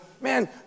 man